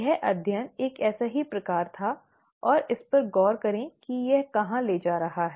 यह अध्ययन एक ऐसा ही प्रकार था और इस पर गौर करें कि यह कहां ले जा रहा है